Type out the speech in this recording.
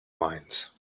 minds